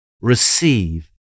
receive